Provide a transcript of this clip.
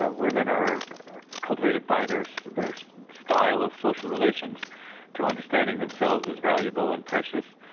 ah women are cultivated by their so their style of social relations to understanding themselves as valuable and precious.